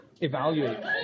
evaluate